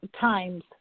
times